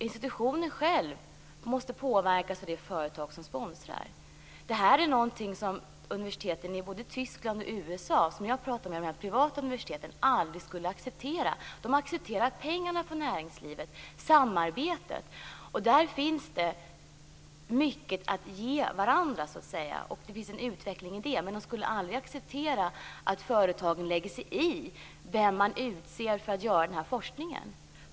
Institutionen själv måste alltså påverkas av det företag som sponsrar. Det här är någonting som de privata universitet i Tyskland och USA som jag pratade med aldrig skulle acceptera. De accepterar pengarna från näringslivet, och de accepterar och samarbetet. Där har man mycket att ge varandra, och där finns det en utveckling. Men de skulle aldrig acceptera att företagen lägger sig i vem man utser för att bedriva forskningen.